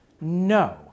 No